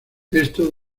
esto